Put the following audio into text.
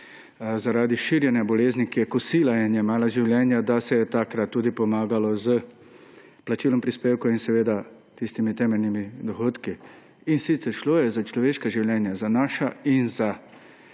zaradi širjenja bolezni, ki je kosila in jemala življenja, da se je takrat tudi pomagalo s plačilom prispevkov in seveda tistimi temeljnimi dohodki. In sicer, šlo je za človeška življenja, za naša in za